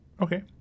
Okay